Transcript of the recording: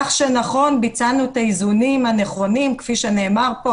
ביצענו את האיזונים הנכונים, כפי שנאמר פה.